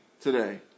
today